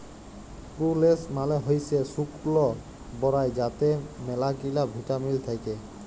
প্রুলেস মালে হইসে শুকল বরাই যাতে ম্যালাগিলা ভিটামিল থাক্যে